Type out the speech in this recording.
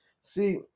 See